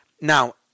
Now